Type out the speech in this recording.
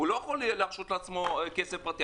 לא יכול להרשות לעצמו מטוס פרטי.